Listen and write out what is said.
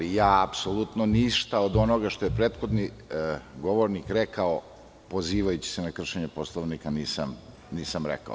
Ja apsolutno ništa, od onoga što je prethodni govornik rekao pozivajući se na kršenje Poslovnika, nisam rekao.